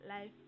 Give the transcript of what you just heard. life